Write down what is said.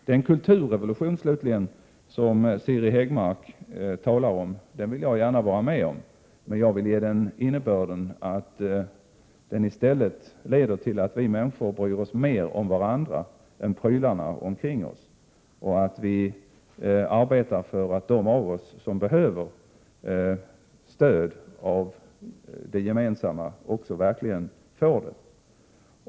Den kulturrevolution som Siri Häggmark talar om vill jag gärna vara med om, men jag vill ge den innebörden att den i stället skall leda till att vi människor skall bry oss mer om varandra än tingen omkring oss, och att vi skall arbeta för att de av oss som behöver stöd av det gemensamma verkligen får detta stöd.